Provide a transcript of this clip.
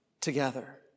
together